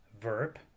verb